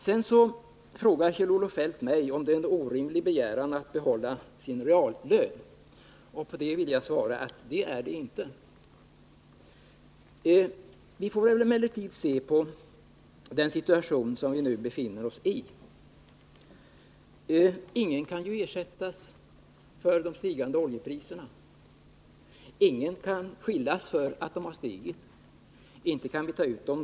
Sedan frågar Kjell-Olof Feldt mig om det är en orimlig begäran att försöka behålla sin reallön. Mitt svar är: Nej, det är det inte. Vi får emellertid se till den situation som vi nu befinner oss i. Ingen kan ju ersättas för de stigande oljepriserna. Ingen kan skyllas för att oljepriserna har stigit. Vi kan inte ta ut de prisstegringarna av någon.